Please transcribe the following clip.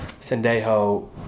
Sendejo